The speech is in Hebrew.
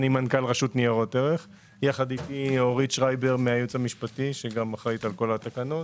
שלנו, שגם אחראית על כל התקנות,